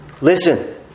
Listen